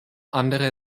andere